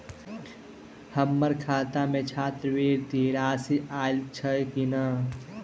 हम्मर खाता मे छात्रवृति राशि आइल छैय की नै?